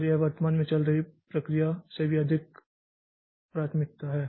और यह वर्तमान में चल रही प्रक्रिया से भी अधिक एक प्राथमिकता है